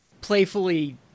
playfully